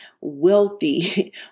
wealthy